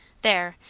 there!